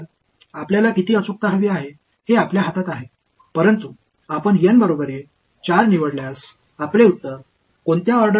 आपल्याला किती अचूकता हवी आहे हे आपल्या हातात आहे परंतु आपण एन बरोबरी 4 निवडल्यास आपले उत्तर कोणत्या ऑर्डरशी अचूक आहे